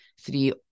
three